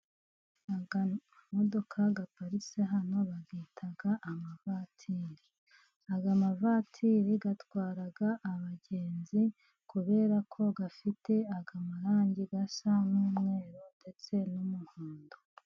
Amamodoka aparitse hano bayita amavatiri. Aya mavatiri atwara abagenzi. Kubera ko afite aya marangi asa n'umweru ndetse n'umuhondo.